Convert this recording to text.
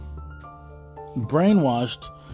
brainwashed